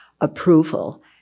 approval